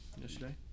yesterday